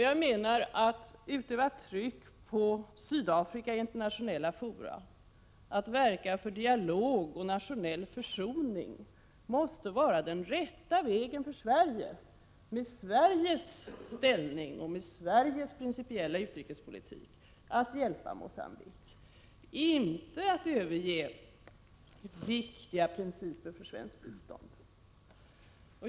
Att utöva tryck på Sydafrika i internationella fora, att verka för dialog och nationell försoning måste vara den rätta vägen för Sverige, med Sveriges ställning och med Sveriges principiella utrikespolitik, att hjälpa Mogambique, inte att överge viktiga principer för svenskt bistånd.